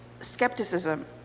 skepticism